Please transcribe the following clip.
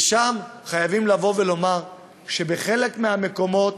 וחייבים לבוא ולומר שבחלק מהמקומות